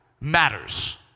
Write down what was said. matters